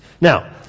Now